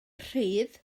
rhydd